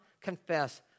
confess